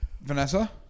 Vanessa